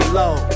low